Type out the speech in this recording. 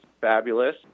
fabulous